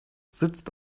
sitzt